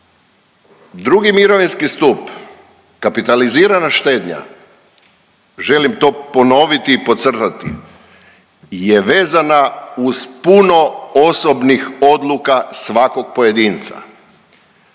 drugi mirovinski stup, kapitalizirana štednja želim to ponoviti i podcrtati je vezana uz puno osobnih odluka svakog pojedinca.